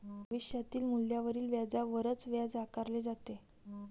भविष्यातील मूल्यावरील व्याजावरच व्याज आकारले जाते